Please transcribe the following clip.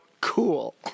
cool